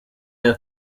iya